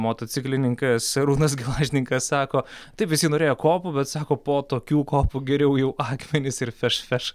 motociklininkas arūnas gelažninkas sako taip visi norėjo kopų bet sako po tokių kopų geriau jau akmenys ir feš feš